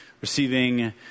receiving